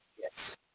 Yes